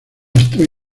estoy